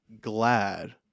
glad